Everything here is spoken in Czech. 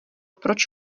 proč